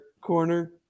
corner